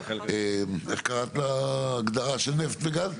איך קראת להגדרה של נפט וגז?